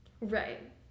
Right